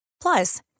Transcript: Plus